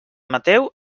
mateu